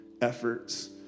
efforts